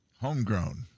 Homegrown